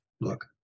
look